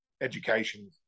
education